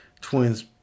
twins